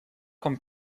con